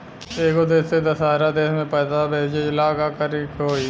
एगो देश से दशहरा देश मे पैसा भेजे ला का करेके होई?